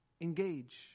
Engage